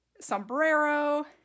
sombrero